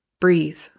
Breathe